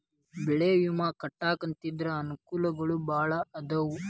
ಬೆಳೆ ವಿಮಾ ಕಟ್ಟ್ಕೊಂತಿದ್ರ ಅನಕೂಲಗಳು ಬಾಳ ಅದಾವ